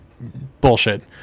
bullshit